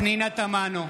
אינה נוכחת פנינה תמנו,